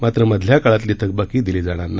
मात्र मधल्या काळातली थकबाकी दिली जाणार नाही